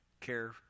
Care